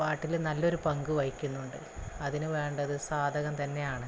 പാട്ടിൽ നല്ലൊരു പങ്ക് വഹിക്കുന്നുണ്ട് അതിനു വേണ്ടത് സാധകം തന്നെയാണ്